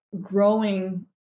growing